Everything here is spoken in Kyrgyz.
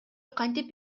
кантип